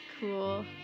cool